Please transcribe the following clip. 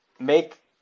Make